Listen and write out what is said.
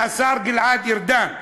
חברים, מהשר גלעד ארדן.